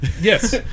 Yes